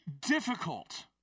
difficult